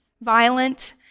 violent